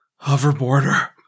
hoverboarder